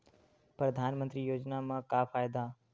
परधानमंतरी योजना म का फायदा?